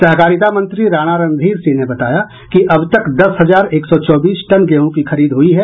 सहकारिता मंत्री राणा रणधीर सिंह ने बताया कि अब तक दस हजार एक सौ चौबीस टन गेहूँ की खरीद हुई है